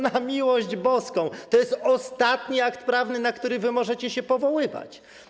Na miłość boską, to jest ostatni akt prawny, na który wy możecie się powoływać.